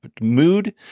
mood